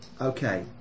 Okay